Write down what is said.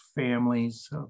families